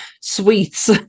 Sweets